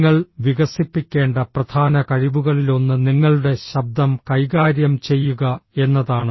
നിങ്ങൾ വികസിപ്പിക്കേണ്ട പ്രധാന കഴിവുകളിലൊന്ന് നിങ്ങളുടെ ശബ്ദം കൈകാര്യം ചെയ്യുക എന്നതാണ്